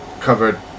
covered